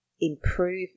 improve